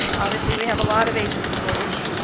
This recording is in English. obviously, we have a lot of agent schools.